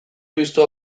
piztu